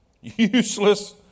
Useless